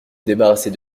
débarrasser